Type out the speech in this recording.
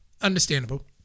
Understandable